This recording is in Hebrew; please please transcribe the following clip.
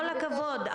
כל הכבוד,